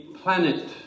Planet